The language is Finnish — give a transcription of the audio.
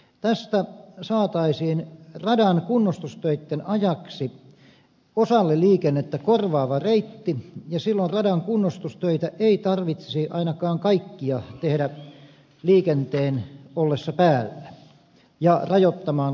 tästä saataisiin radan kunnostustöitten ajaksi osalle liikennettä korvaava reitti ja silloin radan kunnostustöitä ei tarvitsisi ainakaan kaikkia tehdä liikenteen ollessa päällä ja rajoittamaan liikennettä